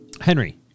Henry